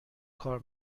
کار